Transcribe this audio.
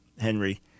Henry